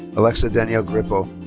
alexa danielle grippo.